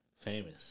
famous